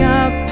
up